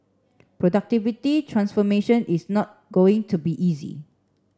productivity transformation is not going to be easy